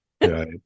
Right